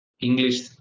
English